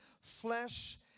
flesh